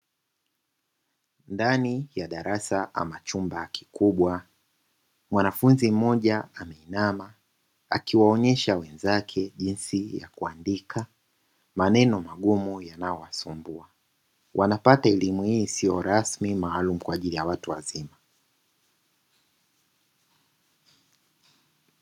Ndani ya darasa ama chumba kikubwa mwanafunzi mmoja ameinama, akiwaonyesha wenzake jinsi ya kuandika maneno magumu yanayowasumbua. Wanapata elimu hii isiyo rasmi maalumu kwa ajili ya watu wazima.